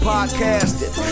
Podcasting